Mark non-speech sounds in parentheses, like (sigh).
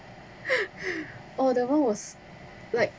(laughs) oh that one was like